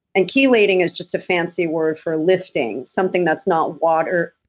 and chelating is just a fancy word for lifting, something that's not water,